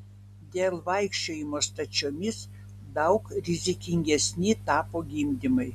dėl vaikščiojimo stačiomis daug rizikingesni tapo gimdymai